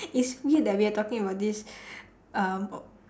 it's weird that we are talking about this um